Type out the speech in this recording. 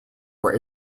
were